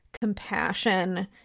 compassion